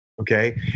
Okay